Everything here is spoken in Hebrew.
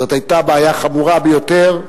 זאת היתה בעיה חמורה ביותר,